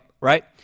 right